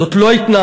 זאת לא התנערות,